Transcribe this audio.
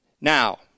Now